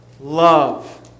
Love